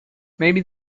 maybe